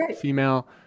female